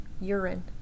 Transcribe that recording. urine